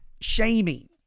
shaming